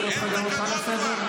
משפחה של משתמטים, חצוף.